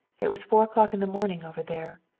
it was four o'clock in the morning over there.